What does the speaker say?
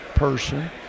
person